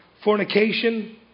Fornication